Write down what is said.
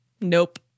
Nope